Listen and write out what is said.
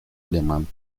alemán